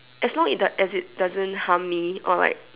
as long it doe~ as it doesn't harm me or like